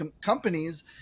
companies